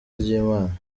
ry’imana